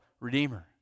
redeemer